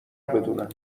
بدونم